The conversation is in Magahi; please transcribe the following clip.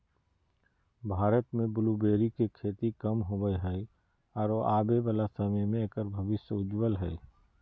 भारत में ब्लूबेरी के खेती कम होवअ हई आरो आबे वाला समय में एकर भविष्य उज्ज्वल हई